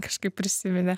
kažkaip prisiminė